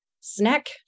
snack